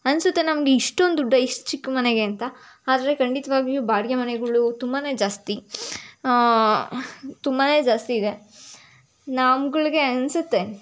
ಅನಿಸುತ್ತೆ ನಮಗೆ ಇಷ್ಟೊಂದು ದುಡ್ಡಾ ಇಷ್ಟು ಚಿಕ್ಕ ಮನೆಗೆ ಅಂತ ಆದರೆ ಖಂಡಿತವಾಗ್ಯೂ ಬಾಡಿಗೆ ಮನೆಗಳು ತುಂಬಾ ಜಾಸ್ತಿ ತುಂಬಾ ಜಾಸ್ತಿ ಇದೆ ನಮ್ಗಳ್ಗೆ ಅನಿಸುತ್ತೆ